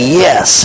yes